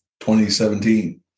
2017